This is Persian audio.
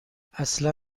اصلا